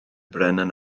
brenin